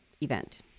event